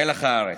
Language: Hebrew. מלח הארץ.